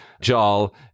JAL